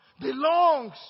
belongs